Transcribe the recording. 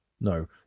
No